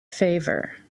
favor